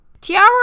Tiara